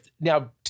now